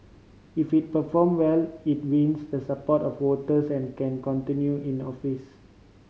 if it perform well it wins the support of voters and can continue in office